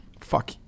fuck